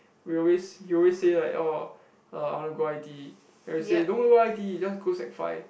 we always he always say like orh uh I want to go I_T_E then we say don't go I_T_E just go sec five